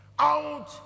out